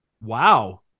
Wow